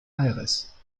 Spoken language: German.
aires